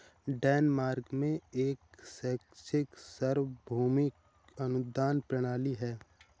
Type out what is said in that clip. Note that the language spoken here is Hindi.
डेनमार्क में एक शैक्षिक सार्वभौमिक अनुदान प्रणाली है